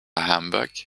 humbug